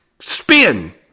spin